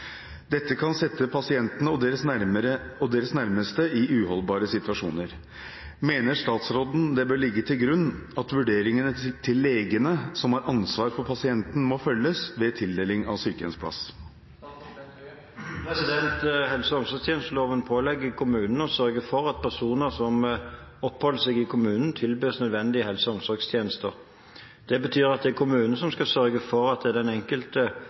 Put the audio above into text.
Dette kan sette pasientene og deres nærmeste i uholdbare situasjoner. Mener statsråden det bør ligge til grunn at vurderingene til legene som har ansvar for pasienten, må følges ved tildeling av sykehjemsplass?» Helse- og omsorgstjenesteloven pålegger kommunen å sørge for at personer som oppholder seg i kommunen, tilbys nødvendige helse- og omsorgstjenester. Det betyr at det er kommunen som skal sørge for at den enkelte mottar riktig behandling til riktig tid og i tilstrekkelig omfang. Det er